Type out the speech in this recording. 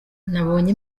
nabonye